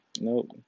nope